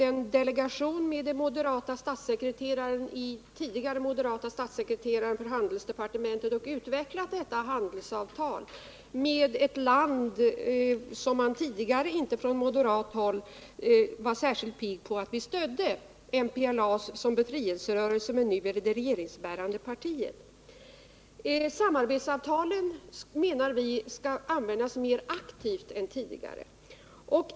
En delegation med bl.a. den moderate förre statssekreteraren i handelsdepartementet har varit i Angola och utvecklat handelsavtal med ett land som man från moderat håll tidigare inte var särskilt pigg på att stödja. Detta på grund av befrielserörelsen MPLA, som nu är det regeringsbärande partiet. Samarbetsavtalen skall, menar vi, användas mer aktivt än tidigare.